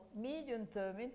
medium-term